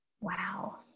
Wow